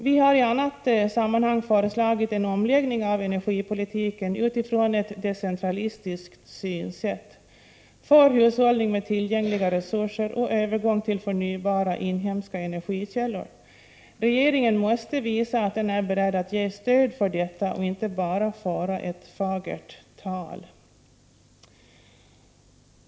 Vi har i annat sammanhang föreslagit en omläggning av energipolitiken utifrån ett decentralistiskt synsätt, för hushållning med tillgängliga resurser och övergång till förnybara inhemska energikällor. Regeringen måste visa att den är beredd att ge stöd för detta och inte bara föra ett fagert tal.